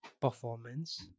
performance